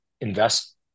invest